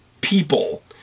people